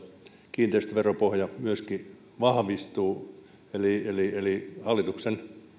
kiinteistöveropohja myöskin vahvistuu eli eli hallituksen